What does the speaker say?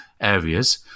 areas